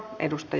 kiitos